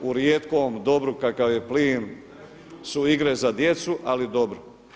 Burze u rijetkom dobru kakav je plin su igre za djecu ali dobro.